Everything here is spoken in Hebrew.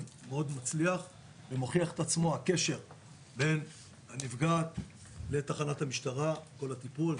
כמאוד מצליח בקשר שבין הנפגעת לתחנת המשטרה ולכל הטיפול.